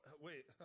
Wait